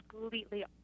completely